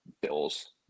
Bills